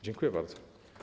Dziękuję bardzo.